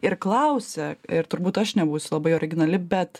ir klausia ir turbūt aš nebūsiu labai originali bet